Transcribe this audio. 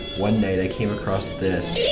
one night, i came across this.